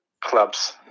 clubs